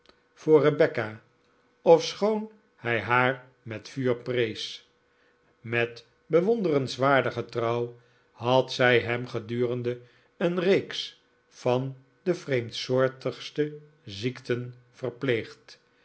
voor rebecca ofschoon hij haar met vuur prees met bewonderenswaardige trouw had zij hem gedurende een reeks van de vreemdsoortigste ziekten verpleegd